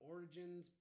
Origins